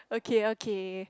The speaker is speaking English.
okay okay